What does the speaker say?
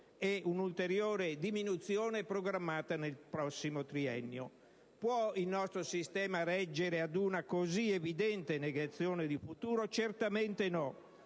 e un'ulteriore diminuzione è programmata nel prossimo triennio. Può il sistema Paese reggere a una così evidente negazione di futuro? Certamente no,